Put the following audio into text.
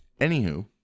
anywho